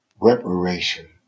reparation